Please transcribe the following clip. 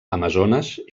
amazones